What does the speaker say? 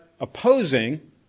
Opposing